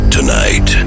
Tonight